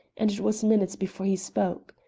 and it was minutes before he spoke.